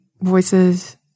voices